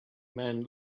man